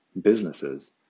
businesses